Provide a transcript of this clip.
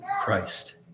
Christ